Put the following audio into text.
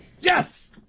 Yes